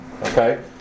okay